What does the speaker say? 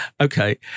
Okay